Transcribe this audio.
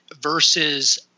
versus